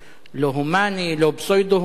לא הומני, לא פסאודו-הומני.